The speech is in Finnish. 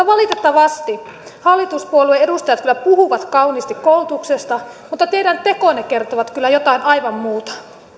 valitettavasti hallituspuolue edustajat kyllä puhuvat kauniisti koulutuksesta mutta teidän tekonne kertovat kyllä jotain aivan muuta